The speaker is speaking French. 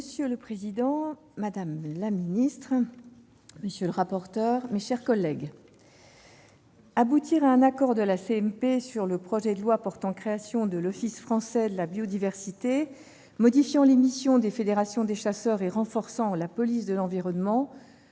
Monsieur le président, madame la secrétaire d'État, mes chers collègues, aboutir à un accord en CMP pour le projet de loi portant création de l'Office français de la biodiversité, modifiant les missions des fédérations des chasseurs et renforçant la police de l'environnement